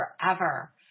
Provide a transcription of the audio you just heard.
forever